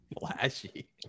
Flashy